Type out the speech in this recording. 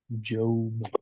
Job